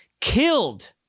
killed